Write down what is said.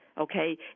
Okay